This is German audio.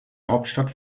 hauptstadt